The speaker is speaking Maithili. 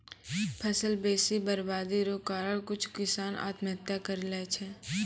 फसल बेसी बरवादी रो कारण कुछु किसान आत्महत्या करि लैय छै